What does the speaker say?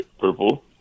purple